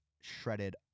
shredded